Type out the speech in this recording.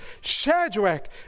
Shadrach